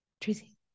Tracy